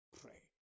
pray